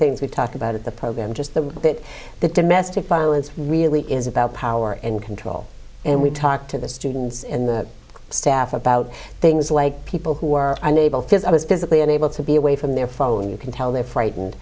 things we talked about at the program just the that the domestic violence really is about power and control and we talk to the students and the staff about things like people who are unable to his i was physically unable to be away from their phone you can tell they're frightened